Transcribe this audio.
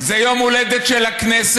זה יום ההולדת של הכנסת.